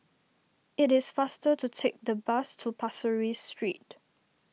it is faster to take the bus to Pasir Ris Street